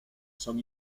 son